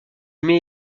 met